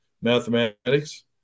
mathematics